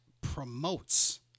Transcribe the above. promotes